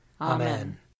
Amen